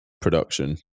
production